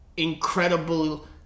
incredible